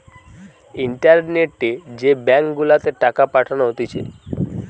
ইন্টারনেটে যে ব্যাঙ্ক গুলাতে টাকা পাঠানো হতিছে